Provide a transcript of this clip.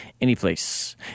anyplace